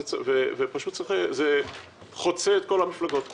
זה חוצה את כל המפלגות כאן.